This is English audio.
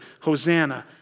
Hosanna